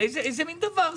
איזה מין דבר זה.